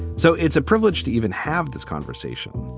so it's a privilege to even have this conversation.